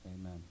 Amen